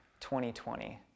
2020